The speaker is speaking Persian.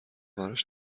براش